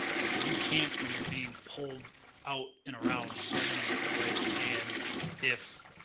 but you can't when you're being pulled out, and around, so many different ways. and if.